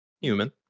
Human